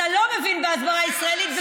חשבתי שאתה מבין בהסברה ישראלית,